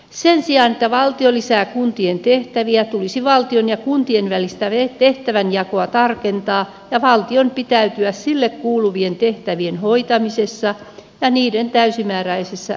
sen sijaan että valtio lisää kuntien tehtäviä tulisi valtion ja kuntien välistä tehtävänjakoa tarkentaa ja valtion pitäytyä sille kuuluvien tehtävien hoitamisessa ja niiden täysimääräisessä rahoittamisessa